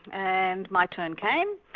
and my turn came.